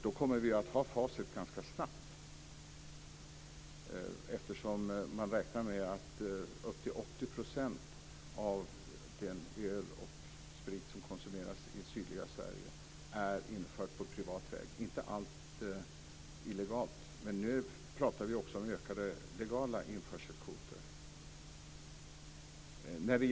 Då kommer vi att ha facit ganska snabbt, eftersom man räknar med att 80 % av den öl och sprit som konsumeras i sydliga Sverige är infört på privat väg - inte allt illegalt, men nu pratar vi också om ökade legala införselkvoter.